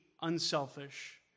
unselfish